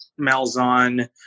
Malzahn